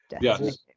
Yes